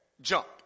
jump